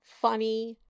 funny